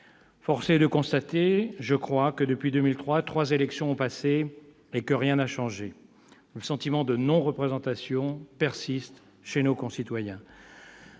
Force est de constater que, depuis 2003, trois élections ont passé et que rien n'a changé. Le sentiment de non-représentation persiste chez nos concitoyens.